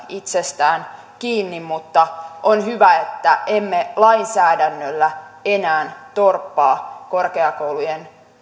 itsestään kiinni mutta on hyvä että emme lainsäädännöllä enää torppaa korkeakoulujen